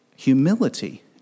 Humility